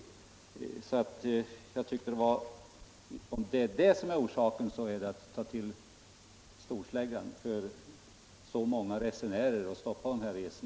Men om detta var orsaken, då har man verkligen tagit till storsläggan när man stoppar dessa resor för så många resenärer. Nr 13